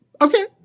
Okay